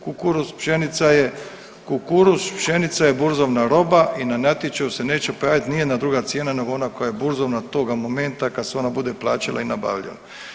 Kukuruz, pšenica je, kukuruz, pšenica je burzovna roba i na natječaju se neće pojaviti nijedna druga cijena nego ona koja je burzovna toga momenta kada se ona bude plaćala i nabavljala.